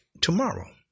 tomorrow